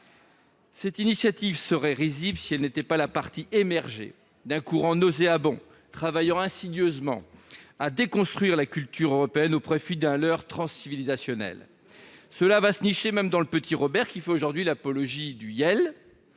Cette initiative serait risible si elle n'était la partie émergée d'un courant nauséabond travaillant insidieusement à déconstruire la culture européenne au profit d'un leurre transcivilisationnel. Cela va se nicher jusque dans le, qui fait aujourd'hui l'apologie du «